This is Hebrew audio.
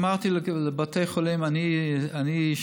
אמרתי לבתי החולים שאני אשלם,